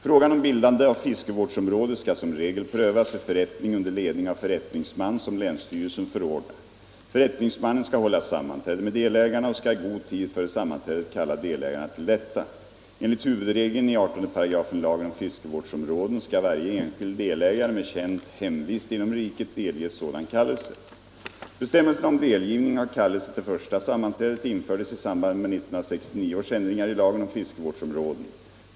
Frågan om bildande av fiskevårdsområde skall som regel prövas vid förrättning under ledning av förrättningsman som länsstyrelsen förordnar. Förrättningsmannen skall hålla sammanträde med delägarna och skall i god tid före sammanträdet kalla delägarna till detta. Enligt hu Bestämmelserna om delgivning av kallelse till första sammanträdet infördes i samband med 1969 års ändringar i lagen om fiskevårdsområden.